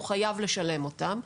הוא חייב לשלם אותם,